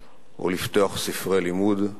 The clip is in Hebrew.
או לפתוח ספרי לימוד,